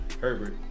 Herbert